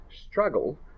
struggle